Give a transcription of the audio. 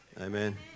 amen